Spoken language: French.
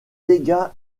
dégâts